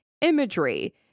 imagery